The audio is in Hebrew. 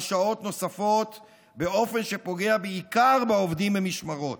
שעות נוספות באופן שפוגע בעיקר בעובדים במשמרות.